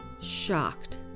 shocked